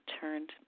turned